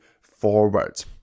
forward